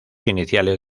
iniciales